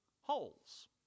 holes